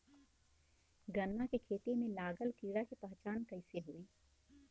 गन्ना के खेती में लागल कीड़ा के पहचान कैसे होयी?